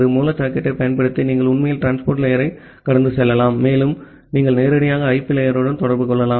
மூல சாக்கெட்டைப் பயன்படுத்தி நீங்கள் உண்மையில் டிரான்ஸ்போர்ட் லேயர் கடந்து செல்லலாம் மேலும் நீங்கள் நேரடியாக ஐபி லேயருடன் தொடர்பு கொள்ளலாம்